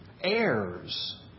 Heirs